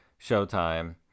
Showtime